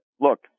look